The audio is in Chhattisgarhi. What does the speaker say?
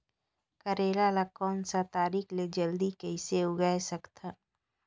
करेला ला कोन सा तरीका ले जल्दी कइसे उगाय सकथन?